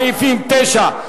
סעיפים 9,